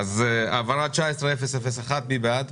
העברה 19/001, מי בעד?